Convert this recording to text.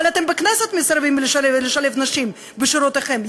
אתם בכנסת מסרבים לשלב נשים בשירותכם,